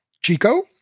Chico